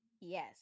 Yes